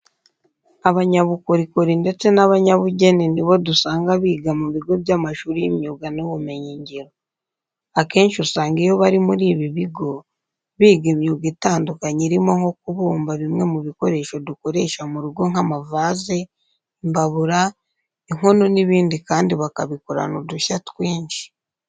Abanyabukorikori ndetse n'abanyabugeni ni bo dusanga biga mu bigo by'amashuri y'imyuga n'ubumenyingiro. Akenshi usanga iyo bari muri ibi bigo, biga imyuga itandukanye irimo nko kubumba bimwe mu bikoresho dukoresha mu rugo nk'amavaze, imbabura, inkono n'ibindi kandi bakabikorana udushya twinshi.